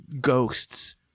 ghosts